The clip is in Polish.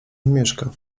mieszka